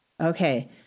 Okay